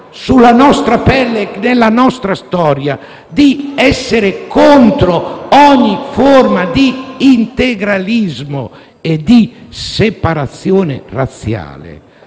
sulla nostra pelle, nella nostra storia, di essere contro ogni forma di integralismo e di separazione razziale,